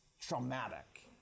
traumatic